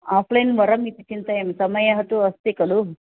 offline वरम् इति चिन्तयामि समयः तु अस्ति खलु